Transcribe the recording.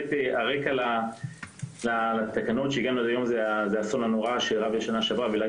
הרקע לתקנות זה האסון הנורא שאירע בשנה שעברה בל"ג